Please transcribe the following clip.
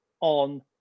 on